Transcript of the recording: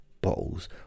bottles